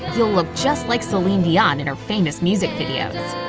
you'll look just like celine dion in her famous music videos.